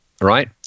right